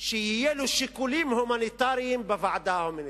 שיהיו לו שיקולים הומניטריים בוועדה ההומניטרית.